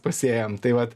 pasėjam tai vat